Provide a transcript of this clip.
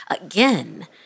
Again